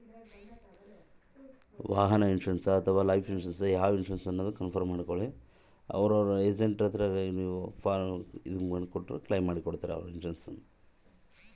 Insurance claim ಮಾಡದು ಹೆಂಗೆ?